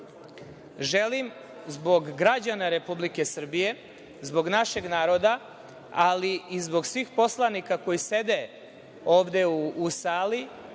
zbog građana Republike Srbije, zbog našeg naroda, ali i zbog svih poslanika koji sede ovde u sali